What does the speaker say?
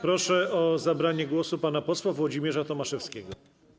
Proszę o zabranie głosu pana posła Włodzimierza Tomaszewskiego.